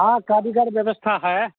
हाँ कारीगर व्यवस्था है